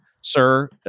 sir